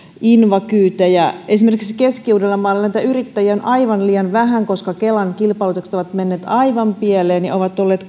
invakyytejä esimerkiksi keski uudellamaalla yrittäjiä on aivan liian vähän koska kelan kilpailutukset ovat menneet aivan pieleen ja ovat olleet